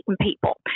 people